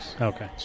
Okay